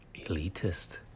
elitist